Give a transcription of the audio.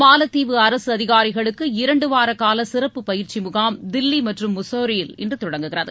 மாலத்தீவு அரசு அதிகாரிகளுக்கு இரண்டு வார கால சிறப்பு பயிற்சி முகாம் தில்லி மற்றும் முசோரியில் இன்று தொடங்குகிறது